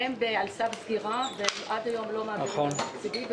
הם על סף סגירה ועד היום לא הועבר להם תקציב,